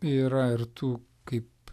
yra ir tų kaip